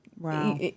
Wow